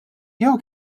jew